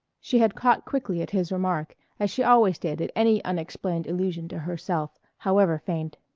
she had caught quickly at his remark, as she always did at any unexplained allusion to herself, however faint.